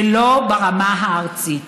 ולא ברמה הארצית.